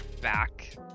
back